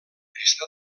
està